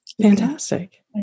fantastic